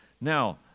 Now